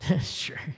Sure